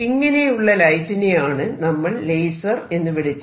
ഇങ്ങനെയുള്ള ലൈറ്റിനെ ആണ് നമ്മൾ ലേസർ എന്ന് വിളിച്ചത്